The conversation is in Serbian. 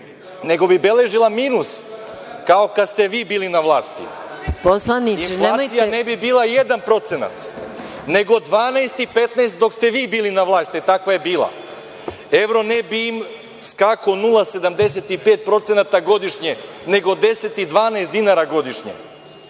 nego bi beležila minus, kao kada ste vi bili na vlasti. Inflacija ne bi bila 1%, nego 12 i 15 dok ste vi bili na vlasti, takva je bila. Evro ne bi skakao 0,75% godišnje, nego 10 i 12 dinara godišnje. Onda